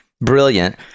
brilliant